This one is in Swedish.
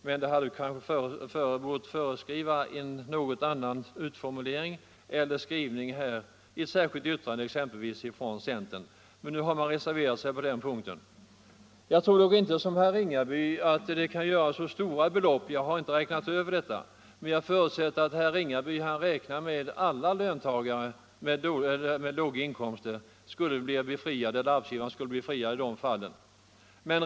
Men man hade kanske bort föreskriva en något annorlunda formulering, exempelvis i ett särskilt yttrande från centern. Men nu har man reserverat sig på den punkten. Jag tror inte som herr Ringaby att det kan gälla så stora belopp. Jag har inte räknat över detta, men jag antar att herr Ringaby förutsätter att arbetsgivaren skulle bli befriad i fråga om alla löntagare med låga inkomster.